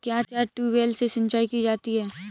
क्या ट्यूबवेल से सिंचाई की जाती है?